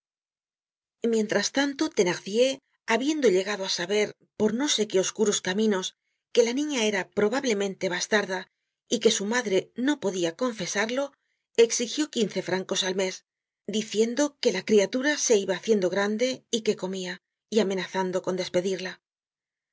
mientras tanto thenardier habiendo llegado á saber por no sé qué oscuros caminos que la niña era probablemente bastarda y que su madre no podia confesarlo exigió quince francos al mes diciendo que la criatura se iba haciendo grande y que comia y amenazando con despedirla